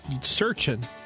searching